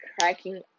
cracking